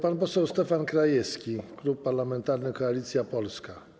Pan poseł Stefan Krajewski, Klub Parlamentarny Koalicja Polska.